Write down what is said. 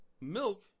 Milk